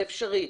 זה אפשרי.